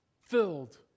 filled